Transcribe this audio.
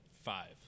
five